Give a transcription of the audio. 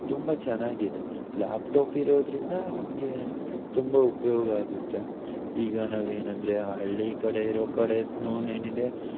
ತುಂಬ ಚೆನ್ನಾಗಿದೆ ಲ್ಯಾಪ್ಟಾಪ್ ಇರೋದರಿಂದ ನಮಗೆ ತುಂಬ ಉಪಯೋಗ ಆಗುತ್ತೆ ಈಗ ನಾವು ಏನಂದರೆ ಹಳ್ಳಿ ಕಡೆ ಇರೋ ಕಡೆನೂ ಏನಿದೆ